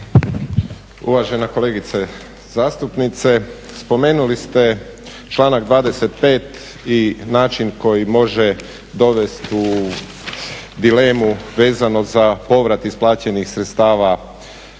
Uvažena kolegice zastupnice, spomenuli ste članak 25. i način koji može dovest u dilemu vezano za povrat isplaćenih sredstava u